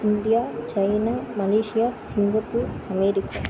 India China Malaysia Singapore America